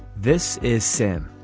this is sam.